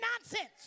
nonsense